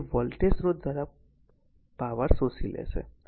તેથી તે વોલ્ટેજ સ્રોત દ્વારા પાવર શોષી લેશે